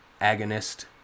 agonist